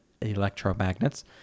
electromagnets